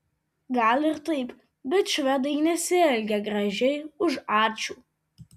gal ir taip bet švedai nesielgia gražiai už ačiū